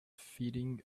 feeding